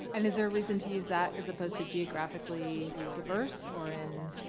and is there a reason to use that as opposed to geographically diverse or in?